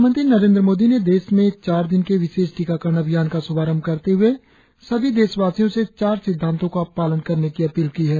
प्रधानमंत्री नरेंद्र मोदी ने देश में चार दिन के विशेष टीकाकरण अभियान का श्भारंभ करते हुए सभी देशवासियों से चार सिद्वांतों का पालन करने की अपील की है